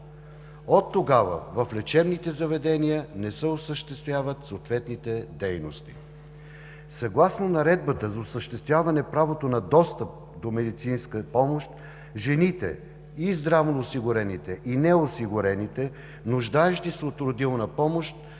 Оттогава в лечебните заведения не се осъществяват съответните дейности. Съгласно наредбата за осъществяване правото на достъп до медицинска помощ жените и здравноосигурените и неосигурените, нуждаещи се от родилна помощ,